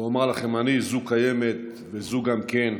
ואומר לכם אני: זו קיימת, וזו גם כן.